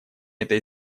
этой